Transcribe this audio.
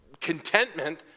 contentment